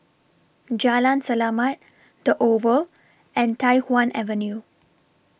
Jalan Selamat The Oval and Tai Hwan Avenue